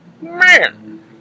Man